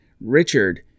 Richard